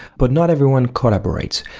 but not everyone collaborates.